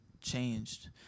changed